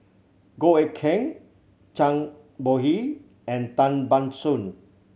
Goh Eck Kheng Zhang Bohe and Tan Ban Soon